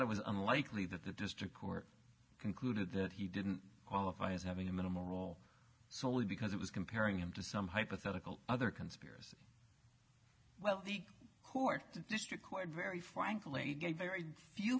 it was unlikely that the district court concluded that he didn't qualify as having a minimal role solely because it was comparing him to some hypothetical other conspiracy well the court district court very frankly very few